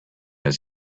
his